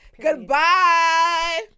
goodbye